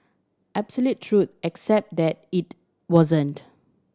absolute truth except then it wasn't